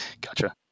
Gotcha